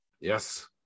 Yes